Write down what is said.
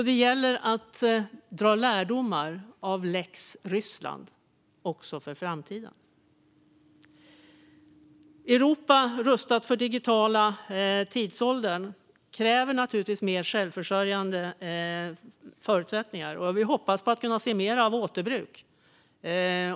Det gäller att dra lärdomar av lex Ryssland även för framtiden. Ett Europa rustat för den digitala tidsåldern kräver naturligtvis bättre förutsättningar för självförsörjning. Vi hoppas på att kunna se mer av återbruk.